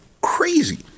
Crazy